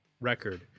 record